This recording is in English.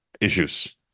issues